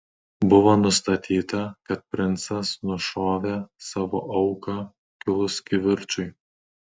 buvo nustatyta kad princas nušovė savo auką kilus kivirčui